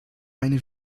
eine